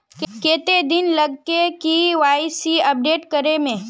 कते दिन लगते के.वाई.सी अपडेट करे में?